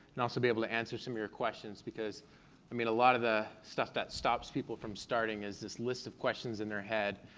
and also be able to answer some of your questions, because i mean a lot of the stuff that stops people from starting is this list of questions in their head